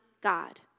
god